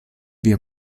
via